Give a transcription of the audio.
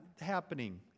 happening